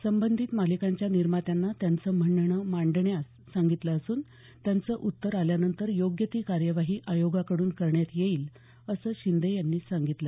संबंधित मालिकांच्या निर्मात्यांना त्यांचं म्हणणं मांडण्यास सांगितलं असून त्यांचं उत्तर आल्यानंतर योग्य ती कार्यवाही आयोगाकडून करण्यात येईल असं शिंदे यांनी सांगितलं